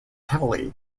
heavily